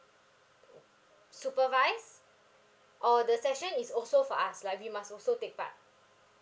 supervise or the session is also for us like we must also take part